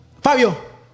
Fabio